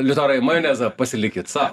liutaurai majonezą pasilikit sau